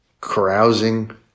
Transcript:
carousing